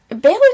Bailey